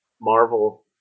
Marvel